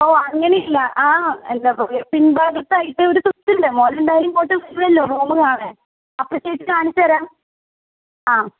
ഓ അങ്ങനില്ല ആ എന്താ പറയാ പിൻഭാഗത്തായിട്ട് ഒരു സ്വിച്ചുണ്ട് മോനെന്തായാലും ഇങ്ങോട്ട് വരുവല്ലോ റൂമ് കാണാൻ അപ്പോൾ ചേച്ചി കാണിച്ച് തരാം ആ